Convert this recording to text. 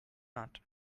not